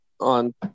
on –